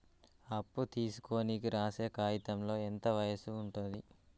అప్పు తీసుకోనికి రాసే కాయితంలో ఎంత వయసు ఉంటది?